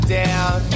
down